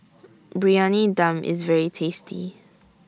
Briyani Dum IS very tasty